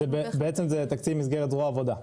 זה במסגרת זרוע העבודה.